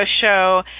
show